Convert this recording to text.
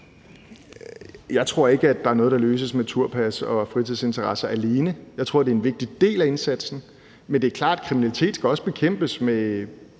Jeg tror ikke, der er noget, der løses med turpas og fritidsinteresser alene. Jeg tror, det er en vigtig del af indsatsen, men det er klart, at kriminalitet også skal bekæmpes med